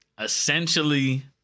essentially